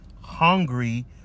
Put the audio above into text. hungry